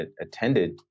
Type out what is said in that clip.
attended